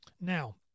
Now